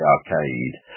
Arcade